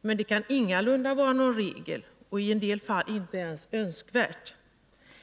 men det kan ingalunda vara någon regel och i en del fall inte ens önskvärt.